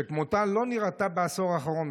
שכמותה לא נראתה בעשור האחרון,